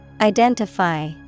Identify